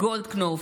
גולדקנופ,